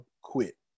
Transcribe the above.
quit